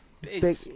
Big